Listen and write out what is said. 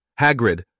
Hagrid